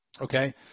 Okay